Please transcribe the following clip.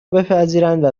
بپذیرند